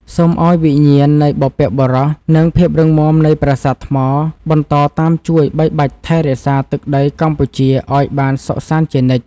សូមឱ្យវិញ្ញាណនៃបុព្វបុរស និង ភាពរឹងមាំនៃប្រាសាទថ្មបន្តតាមជួយបីបាច់ថែរក្សាទឹកដីកម្ពុជាឱ្យបានសុខសាន្តជានិច្ច។